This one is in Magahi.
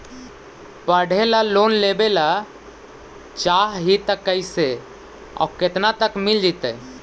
पढ़े ल लोन लेबे ल चाह ही त कैसे औ केतना तक मिल जितै?